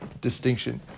distinction